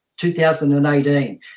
2018